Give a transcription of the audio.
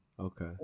Okay